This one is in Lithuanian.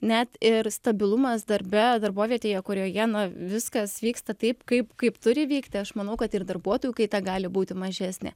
net ir stabilumas darbe darbovietėje kurioje na viskas vyksta taip kaip kaip turi vykti aš manau kad ir darbuotojų kaita gali būti mažesnė